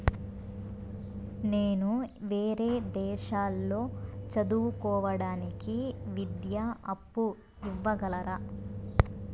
నేను వేరే దేశాల్లో చదువు కోవడానికి విద్యా అప్పు ఇవ్వగలరా?